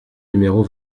numéro